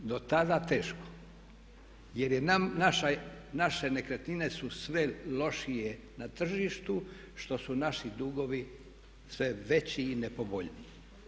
Do tada teško jer je, naše nekretnine su sve lošije na tržištu što su naši dugovi sve veći i nepovoljniji.